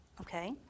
Okay